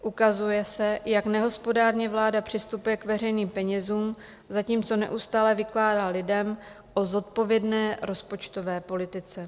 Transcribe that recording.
Ukazuje se, jak nehospodárně vláda přistupuje k veřejným penězům, zatímco neustále vykládá lidem o zodpovědné rozpočtové politice.